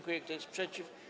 Kto jest przeciw?